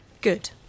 Good